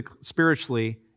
spiritually